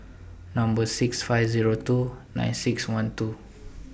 Number six five Zero two nine six one two